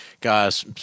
guys